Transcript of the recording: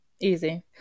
easy